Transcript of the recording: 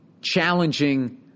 challenging